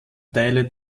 teile